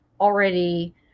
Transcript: already